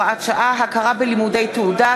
הוראת שעה) (הכרה בלימודי תעודה),